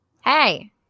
Hey